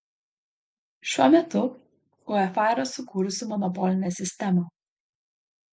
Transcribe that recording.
šiuo metu uefa yra sukūrusi monopolinę sistemą